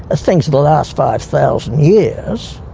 ah things of the last five thousand years,